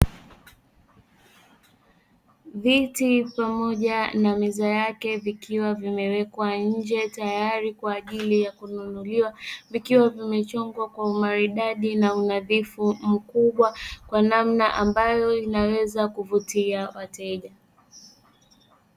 Viti pamoja na meza yake vikiwa vimewekwa nje tayari kwa ajili ya kununuliwa, vikiwa vimechongwa kwa umaridadi na unadhifu mkubwa kwa namna ambayo inaweza kuvutia wateja.